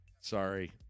Sorry